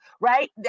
right